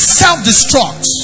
self-destruct